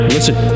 Listen